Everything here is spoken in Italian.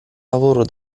lavoro